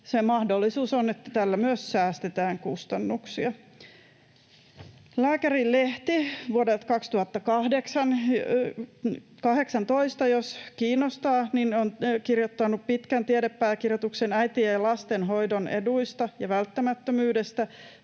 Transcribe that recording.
se mahdollisuus on, että tällä myös säästetään kustannuksia. Lääkärilehti vuodelta 2018, jos kiinnostaa, on kirjoittanut pitkän tiedepääkirjoituksen äitien ja lasten hoidon eduista ja välttämättömyydestä.